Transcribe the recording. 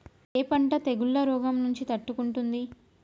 ఏ పంట తెగుళ్ల రోగం నుంచి తట్టుకుంటుంది?